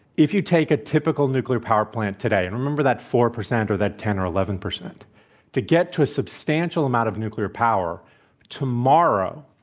if you take a typical nuclear power plant today and remember that four percent or that ten or eleven percent to get to a substantial amount of nuclear power tomorrow,